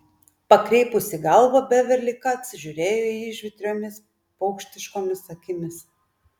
pakreipusi galvą beverli kac žiūrėjo į jį žvitriomis paukštiškomis akimis